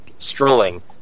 Strolling